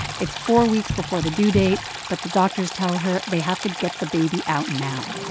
it's four weeks before the due date, but the doctors tell her they have to get the baby out now